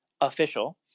Official